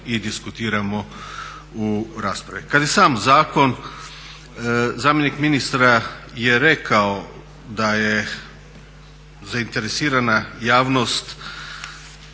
i diskutiramo u raspravi. Kad je sam zakon, zamjenik ministra je rekao da je zainteresirana javnost